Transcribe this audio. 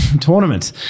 Tournament